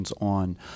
on